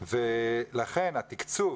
לכן התקצוב